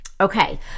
okay